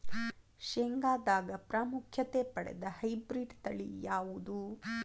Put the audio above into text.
ಶೇಂಗಾದಾಗ ಪ್ರಾಮುಖ್ಯತೆ ಪಡೆದ ಹೈಬ್ರಿಡ್ ತಳಿ ಯಾವುದು?